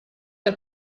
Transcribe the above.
per